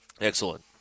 Excellent